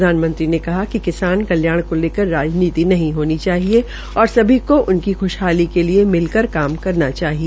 प्रधानमंत्री ने कहा कि किसान कल्याण को लेकर राजनीति नहीं होनी चाहिए और सभी को उनकी ख्शहाल के लिए मिल कर काम करना चाहिए